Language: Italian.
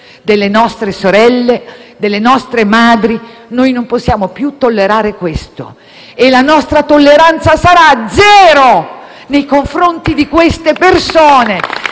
delle nostre sorelle, delle nostre madri noi non possiamo più tollerare questo. La nostra tolleranza sarà zero nei confronti di queste persone,